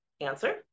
Answer